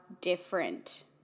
different